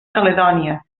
caledònia